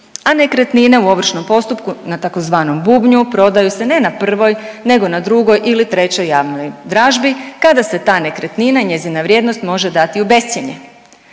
a nekretnine u ovršnom postupku na tzv. bubnju prodaju se ne na prvoj, nego na drugoj ili trećoj javnoj dražbi kada se ta nekretnina i njezina vrijednost može dati u bescjenje,